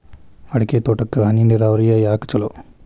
ಅಡಿಕೆ ತೋಟಕ್ಕ ಹನಿ ನೇರಾವರಿಯೇ ಯಾಕ ಛಲೋ?